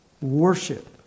Worship